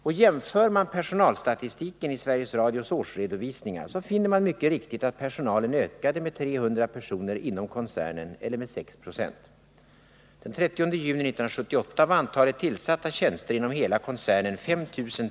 Och jämför man personalstatistiken i Sveriges Radios årsredovisningar, så finner man mycket riktigt att personalen ökade med 300 personer inom koncernen eller med Var har då dessa 300 nya tjänster hamnat?